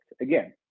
again